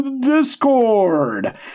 Discord